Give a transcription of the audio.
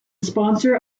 sponsor